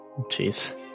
Jeez